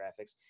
graphics